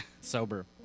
sober